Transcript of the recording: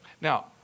Now